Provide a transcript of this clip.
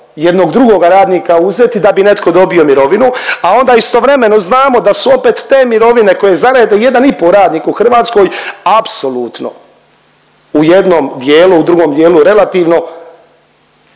jednog drugoga radnika uzeti da bi netko dobio mirovinu, a onda istovremeno znamo da su opet te mirovine koje zaradi jedan i pol radnik u Hrvatskoj apsolutno u jednom dijelu, u drugom dijelu relativno